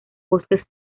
bosques